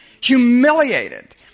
humiliated